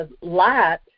light